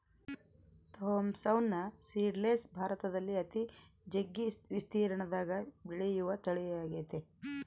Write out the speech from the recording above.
Thompson seedless ಭಾರತದಲ್ಲಿ ಅತಿ ಜಗ್ಗಿ ವಿಸ್ತೀರ್ಣದಗ ಬೆಳೆಯುವ ತಳಿಯಾಗೆತೆ